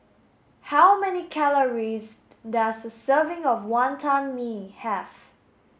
how many calories does a serving of Wantan Mee have